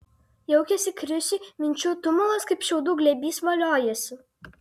jaukiasi krisiui minčių tumulas kaip šiaudų glėbys voliojasi